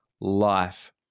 life